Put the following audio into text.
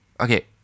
Okay